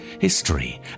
history